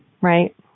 right